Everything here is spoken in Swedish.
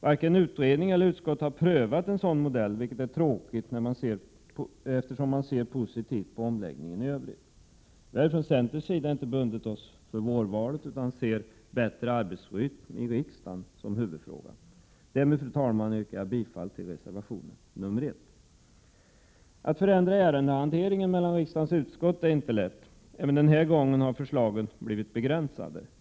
Varken utredning eller utskott har prövat en sådan modell, och det är tråkigt, eftersom man ser positivt på omläggningen i övrigt. Vi har från centerns sida inte bundit oss för vårval utan ser en bättre arbetsrytm i riksdagen som huvudfrågan. Därmed, fru talman, yrkar jag bifall till reservation 1. Att förändra ärendefördelningen mellan riksdagens utskott är inte lätt. Även den här gången har förslaget blivit begränsat.